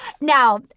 Now